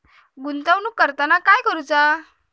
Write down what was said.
गुंतवणूक करताना काय करुचा?